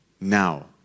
Now